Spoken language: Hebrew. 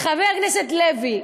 חבר הכנסת לוי,